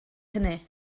hynny